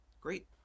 great